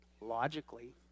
logically